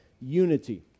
unity